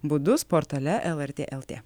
būdus portale lrt lt